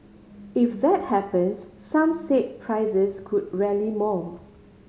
if that happens some said prices could rally more